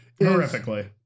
Horrifically